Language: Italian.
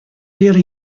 era